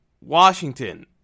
Washington